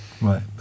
right